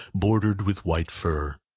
bordered with white fur.